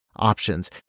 Options